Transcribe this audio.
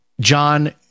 John